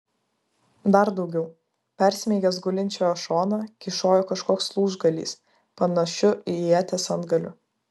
dar daugiau persmeigęs gulinčiojo šoną kyšojo kažkoks lūžgalys panašiu į ieties antgaliu